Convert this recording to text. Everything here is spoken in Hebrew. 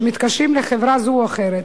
כשמתקשרים לחברה זו או אחרת,